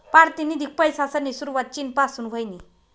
पारतिनिधिक पैसासनी सुरवात चीन पासून व्हयनी